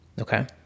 okay